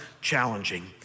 challenging